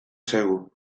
zaigu